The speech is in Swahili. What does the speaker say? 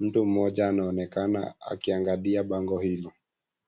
Mtu mmoja anaonekana akiangalia bango hilo.